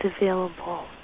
available